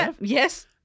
Yes